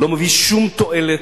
לא מביא שום תועלת.